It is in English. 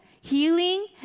healing